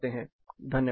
Thank you धन्यवाद